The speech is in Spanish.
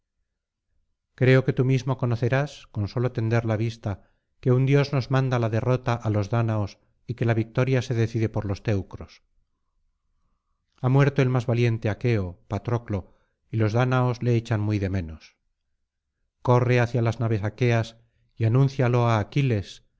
creo que tú mismo conocerás con sólo tender la vista que un dios nos manda la derrota á los dáñaos y que la victoria se decide por los teucros ha muerto el más valiente aqueo patroclo y los dáñaos le echan muy de menos corre hacia las naves aqueas y anuncíalo á aquiles